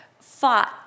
fought